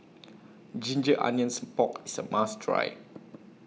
Ginger Onions Pork IS A must Try